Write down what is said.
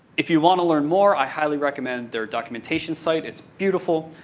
if you want to learn more, i highly recommend their documentation site, it's beautiful.